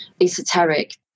esoteric